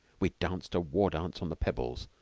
we danced a war-dance on the pebbles,